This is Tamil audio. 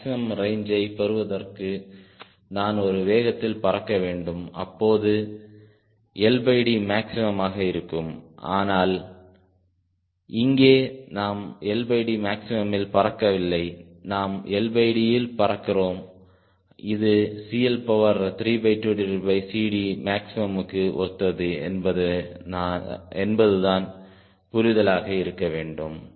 மேக்ஸிமம் ரேஞ்சை பெறுவதற்கு நான் ஒரு வேகத்தில் பறக்க வேண்டும் அப்போது LD மேக்ஸிமம் ஆக இருக்கும் ஆனால் இங்கே நாம் LDமேக்ஸிமமில் பறக்கவில்லை நாம் LD இல் பறக்கிறோம் இது CL32CDமேக்ஸிமமுக்கு ஒத்தது என்பது தான் புரிதலாக இருக்க வேண்டும்